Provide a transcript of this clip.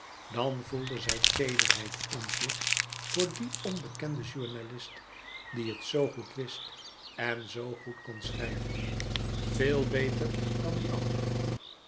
dan voelde zij teederheid in zich voor dien onbekenden journalist die het zoo goed wist en zoo goed kon schrijven veel louis couperus metamorfoze beter dan die andere